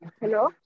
Hello